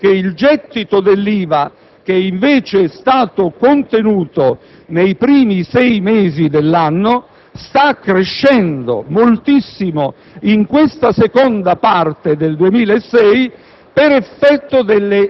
Aggiungo che il gettito dell'IVA, che invece è stato contenuto nei primi sei mesi dell'anno, sta crescendo moltissimo in questa seconda parte del 2006,